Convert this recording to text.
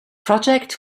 project